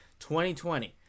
2020